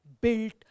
built